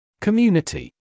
community